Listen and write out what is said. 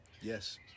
Yes